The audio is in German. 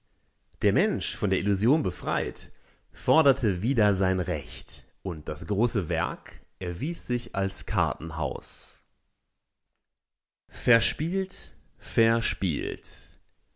der mensch von der illusion befreit forderte wieder sein recht und das große werk erwies sich als kartenhaus verspielt